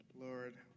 lord